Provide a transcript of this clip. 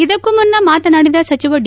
ಇದಕ್ಕೂ ಮುನ್ನ ಮಾತನಾಡಿದ ಸಚಿವ ಡಿ